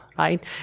Right